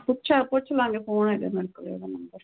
ਪੁੱਛਾਂ ਪੁੱਛ ਲਾਂਗੇ ਫੋਨ ਹੈਗਾ ਮੇਰੇ ਕੋਲ ਉਹਦਾ ਨੰਬਰ